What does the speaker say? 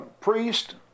priest